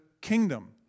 kingdom